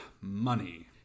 money